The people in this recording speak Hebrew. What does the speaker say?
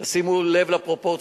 שימו לב לפרופורציות,